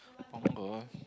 confirm got one